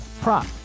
prop